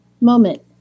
moment